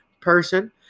person